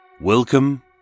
Welcome